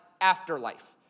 afterlife